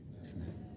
Amen